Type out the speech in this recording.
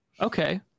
okay